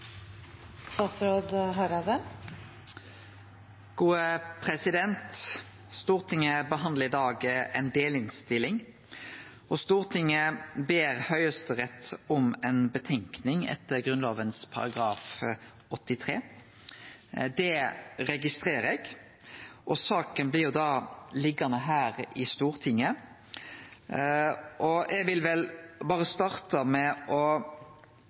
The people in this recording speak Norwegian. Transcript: Stortinget behandlar i dag ei delinnstilling. Stortinget ber Høgsterett om ei fråsegn etter § 83 i Grunnlova. Det registrerer eg. Saka blir da liggjande her i Stortinget. Eg vil